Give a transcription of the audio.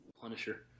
Punisher